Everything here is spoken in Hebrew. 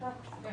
כן.